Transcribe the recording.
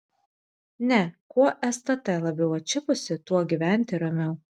ne kuo stt labiau atšipusi tuo gyventi ramiau